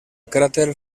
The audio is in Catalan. cràter